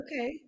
okay